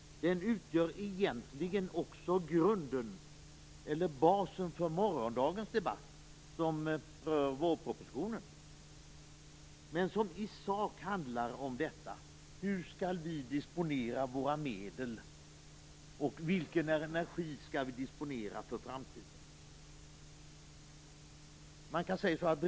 Den utgör egentligen också grunden för morgondagens debatt om vårpropositionen, som i sak handlar om hur vi skall disponera våra medel och om vilken energi vi skall ha i framtiden.